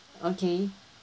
okay